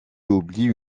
oublies